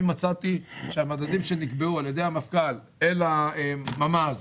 שמצאתי שהמדדים שנקבעו על ידי המפכ"ל אל מפקד המחוז,